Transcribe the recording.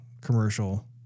commercial